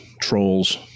trolls